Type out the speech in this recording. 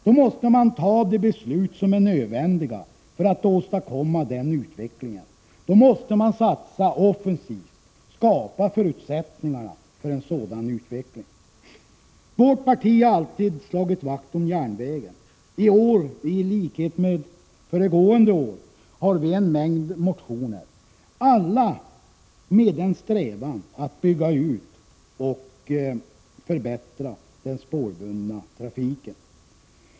Då måste man fatta de beslut som är nödvändiga för att åstadkomma en sådan utveckling, satsa offensivt och skapa förutsättningarna för den. Vårt parti har alltid slagit vakt om järnvägen. I år i likhet med föregående år har vi väckt en mängd motioner i en strävan att bygga ut och förbättra den spårbundna trafiken.